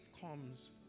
comes